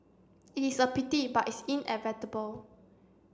it is a pity but it's inevitable